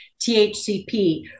THCP